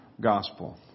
gospel